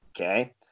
okay